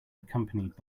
accompanied